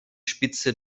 spitze